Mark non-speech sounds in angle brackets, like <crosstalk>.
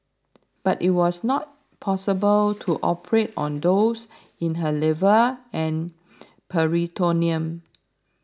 but it was not <noise> possible to operate on those in her liver and peritoneum